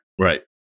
Right